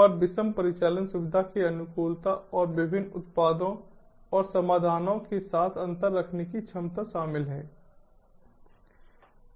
पर विषम परिचालन सुविधा के अनुकूलता और विभिन्न उत्पादों और समाधानों के साथ अंतर रखने की क्षमता शामिल हैं